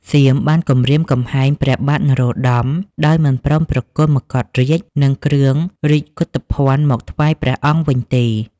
សៀមបានគំរាមកំហែងព្រះបាទនរោត្តម ដោយមិនព្រមប្រគល់មកុដរាជ្យ និងគ្រឿងរាជកកុធភណ្ឌមកថ្វាយព្រះអង្គវិញទេ។